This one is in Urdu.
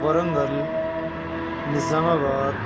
ورنگل نظام آباد